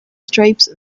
stripes